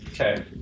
Okay